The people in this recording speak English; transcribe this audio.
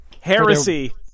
Heresy